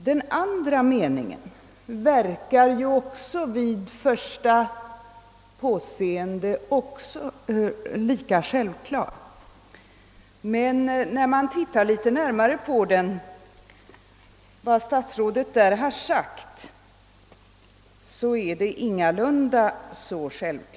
Den andra meningen verkar också vid första påseendet vara lika självklar, men när man ser litet närmare på vad statsrådet där har sagt, finner man att så ingalunda är fallet.